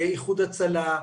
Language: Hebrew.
איחוד הצלה,